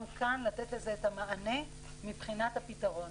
כאן לתת לזה את המענה מבחינת הפתרון.